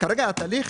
כרגע התהליך